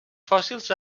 fòssils